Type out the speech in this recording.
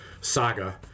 saga